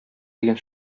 дигән